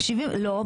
לא,